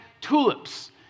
tulips